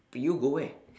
pre U go where